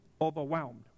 Overwhelmed